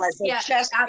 yes